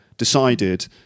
decided